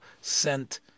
sent